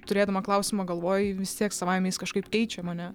turėdama klausimą galvoj vis tiek savaime jis kažkaip keičia mane